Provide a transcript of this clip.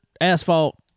asphalt